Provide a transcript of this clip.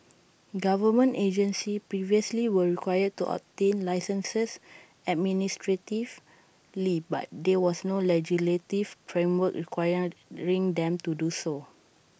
government agencies previously were required to obtain licences administratively but there was no legislative framework requiring them to do so